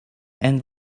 and